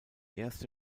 erste